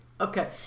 Okay